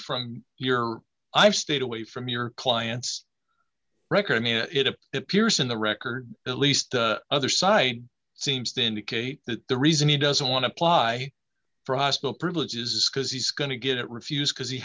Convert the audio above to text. from your i've stayed away from your clients record i mean it appears in the record at least the other side seems to indicate that the reason he doesn't want to apply for hospital privileges because he's going to get refused because he